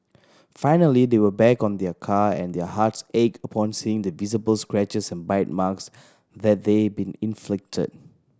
finally they went back on their car and their hearts ached upon seeing the visible scratches and bite marks that they been inflicted